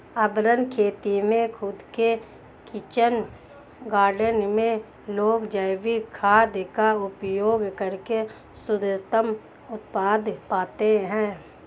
urban खेती में खुद के किचन गार्डन में लोग जैविक खाद का उपयोग करके शुद्धतम उत्पाद पाते हैं